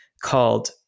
called